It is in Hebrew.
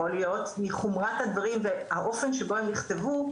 להיות מחומרת הדברים והאופן שבו הם נכתבו,